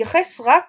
ומתייחס רק